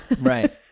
right